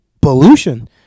pollution